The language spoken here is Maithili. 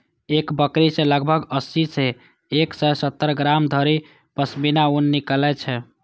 एक बकरी सं लगभग अस्सी सं एक सय सत्तर ग्राम धरि पश्मीना ऊन निकलै छै